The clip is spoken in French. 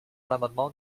l’amendement